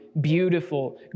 beautiful